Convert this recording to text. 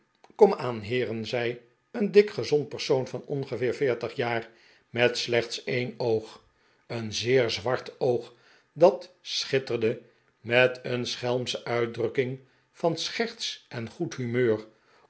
komaan heeren zei een dik gezond persoon van ongeveer veertig jaar met slechts een oog een zeer zwart oog dat schitterde met een schelmsche uitdrukking van scherts en goed humeur